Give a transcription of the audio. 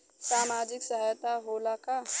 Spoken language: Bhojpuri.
सामाजिक सहायता होला का?